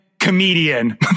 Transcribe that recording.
Comedian